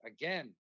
Again